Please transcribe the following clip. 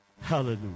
Hallelujah